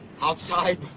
Outside